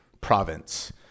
province